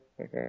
Okay